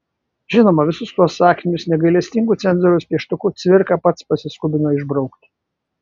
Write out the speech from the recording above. žinoma visus tuos sakinius negailestingu cenzoriaus pieštuku cvirka pats pasiskubino išbraukti